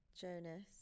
Jonas